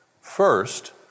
First